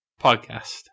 Podcast